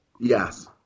Yes